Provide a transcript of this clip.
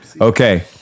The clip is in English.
Okay